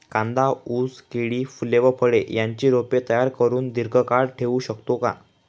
कांदा, ऊस, केळी, फूले व फळे यांची रोपे तयार करुन दिर्घकाळ ठेवू शकतो का?